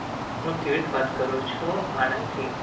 હું તીર્થ વાત કરું છું આણંદથી